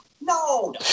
no